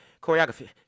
choreography